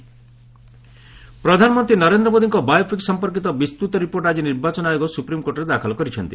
SC biopic ପ୍ରଧାନମନ୍ତ୍ରୀ ନରେନ୍ଦ୍ର ମୋଦିଙ୍କ biopic ସମ୍ପର୍କିତ ବିସ୍ତୃତ ରିପୋର୍ଟ ଆକ୍ଟି ନିର୍ବାଚନ ଆୟୋଗ ସୁପ୍ରିମ୍କୋର୍ଟରେ ଦାଖଲ କରିଛନ୍ତି